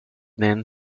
then